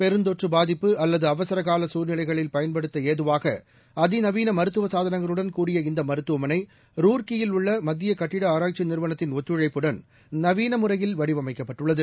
பெருந்தொற்று பாதிப்பு அல்லது அவசரகால சூழ்நிலைகளில் பயன்படுத்த ஏதுவாகலு அதிநவீன மருத்துவ சாதனங்களுடன் கூடிய இந்த மருத்துவமனை ரூர்க்கியில் உள்ள மத்திய கட்டட ஆராய்ச்சி நிறுவனத்தின் ஒத்துழைப்புடன்ஹ நவீன முறையில் வடிவமைக்கப்பட்டுள்ளது